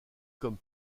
comme